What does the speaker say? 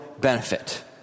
benefit